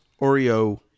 Oreo